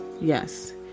yes